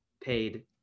paid